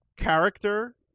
character